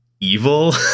evil